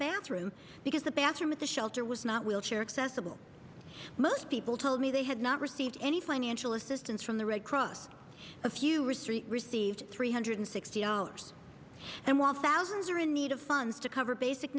bathroom because the bathroom at the shelter was not wheelchair accessible most people told me they had not received any financial assistance from the red cross a few research received three hundred sixty dollars and while thousands are in need of funds to cover basic